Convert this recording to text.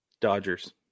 Dodgers